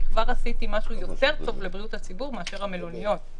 כבר עשיתי משהו יותר טוב לבריאות הציבור מאשר המלוניות,